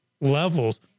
levels